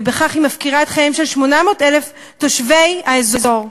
ובכך היא מפקירה את חייהם של 800,000 תושבי האזור.